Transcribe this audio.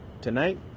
tonight